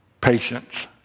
patience